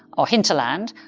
or hinterland,